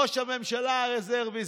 ראש הממשלה הרזרבי,